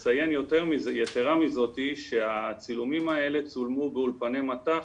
יתרה מזאת, הצילומים האלה צולמו באולפני מט"ח,